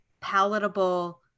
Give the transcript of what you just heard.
palatable